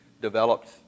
Developed